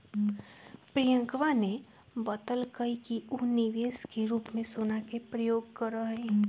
प्रियंकवा ने बतल कई कि ऊ निवेश के रूप में सोना के प्रयोग करा हई